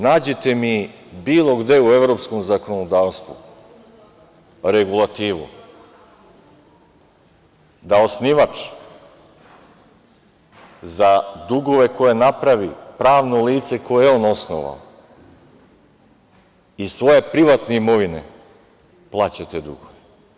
Nađite mi bilo gde u evropskom zakonodavstvu regulativu da osnivač za dugove koje napravi pravno lice koje je on osnovao iz svoje privatne imovine plaća te dugove?